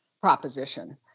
proposition